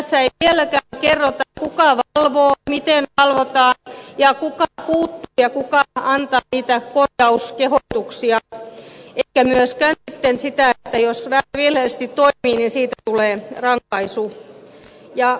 tässä ei vieläkään kerrota kuka valvoo miten valvotaan ja kuka puuttuu ja kuka antaa niitä pitää kohtaus kehotuksia ja että korjauskehotuksia eikä myöskään sitten sitä että jos virheellisesti toimii siitä tulee rankaisu